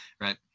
right